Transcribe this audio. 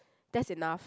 that's enough